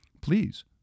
Please